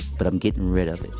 but i'm getting rid of it.